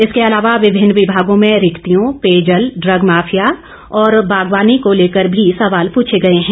इसके अलावा विभिन्न विभागों में रिक्तियों पेयजल ड्रग माफिया और बागवानी को लेकर भी सवाल पूछे गए हैं